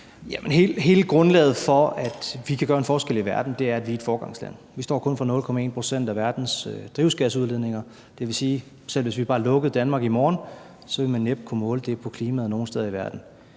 Hele grundlaget for, at vi kan gøre en forskel i verden, er, at vi er et foregangsland. Vi står kun for 0,1 pct. af verdens drivhusgasudledninger, og det vil sige, at selv hvis vi bare lukkede Danmark i morgen, ville man næppe kunne måle det på klimaet nogen steder i verden.